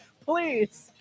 Please